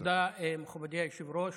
תודה, מכובדי היושב-ראש.